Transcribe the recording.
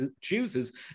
chooses